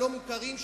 הלא-מוכרים,